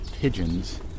pigeons